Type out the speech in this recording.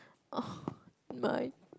oh my